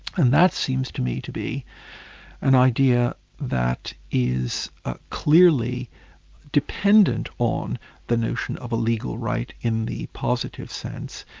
and that seems to me to be an idea that is ah clearly dependent on the notion of a legal right in the positive sense.